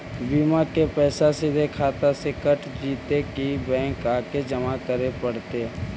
बिमा के पैसा सिधे खाता से कट जितै कि बैंक आके जमा करे पड़तै?